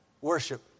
worship